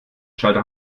schalter